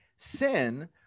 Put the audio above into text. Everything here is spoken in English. Sin